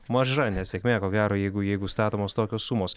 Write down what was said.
maža nesėkmė ko gero jeigu jeigu statomos tokios sumos